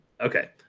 Okay